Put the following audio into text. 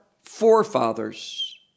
forefathers